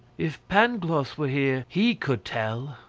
if pangloss were here, he could tell.